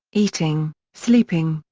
eating, sleeping,